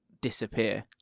disappear